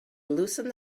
loosened